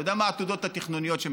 יודע מה העתודות התכנוניות,